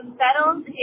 settled